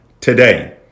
today